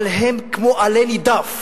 אבל הם כמו עלה נידף